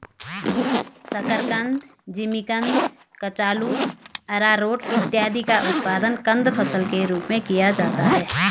शकरकंद, जिमीकंद, कचालू, आरारोट इत्यादि का उत्पादन कंद फसल के रूप में किया जाता है